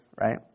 right